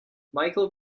michael